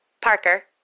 Parker